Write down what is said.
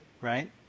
right